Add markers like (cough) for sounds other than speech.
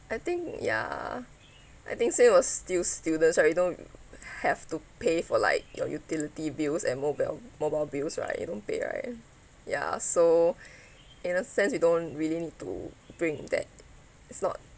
I think ya I think say was still students right you don't have to pay for like your utility bills and mobile mobile bills right you don't pay right ya so (breath) in a sense we don't really need to bring that it's not